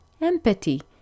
empathy